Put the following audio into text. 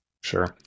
sure